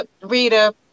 Rita